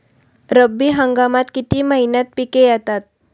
रब्बी हंगामात किती महिन्यांत पिके येतात?